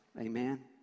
amen